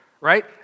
right